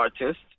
artist